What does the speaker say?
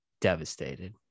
devastated